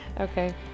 Okay